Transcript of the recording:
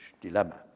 dilemma